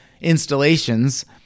installations